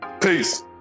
Peace